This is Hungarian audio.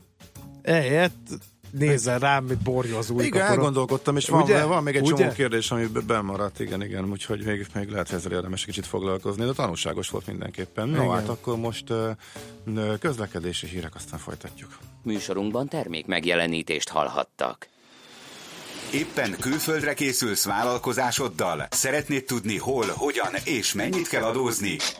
Egyet, nézze rám, mi borja az új ko- Igen, elgondolkodtam, és van- Ugye? van még egy Ugye? csomó kérdés, ami b- bennmaradt, igen, igen, úgyhogy még- még lehet ezzel érdemes kicsit foglalkozni, de tanulságos volt mindenképpen. No, Igen. hát akkor most, ö, ö, közlekedési hírek, aztán folytatjuk. Műsorunkban termékmegjelenítést hallhattak. Éppen külföldre készülsz vállalkozásoddal. Szeretnéd tudni, hol, hogyan és mennyit kell adózni?